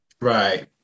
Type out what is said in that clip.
Right